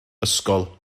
ysgol